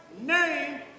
name